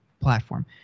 platform